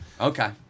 Okay